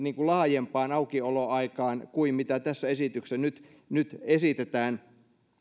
laajempaan aukioloaikaan kuin mitä tässä esityksessä nyt esitetään